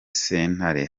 sentare